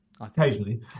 Occasionally